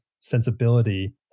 sensibility